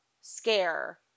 scare